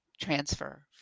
transfer